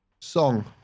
Song